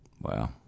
Wow